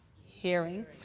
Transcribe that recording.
hearing